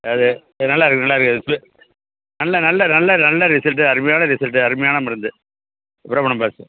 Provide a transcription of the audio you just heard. அது அது நல்லாயிருக்கும் நல்லாயிருக்கும் அது நல்ல நல்ல நல்ல நல்ல ரிசல்ட்டு அருமையான ரிசல்ட்டு அருமையான மருந்து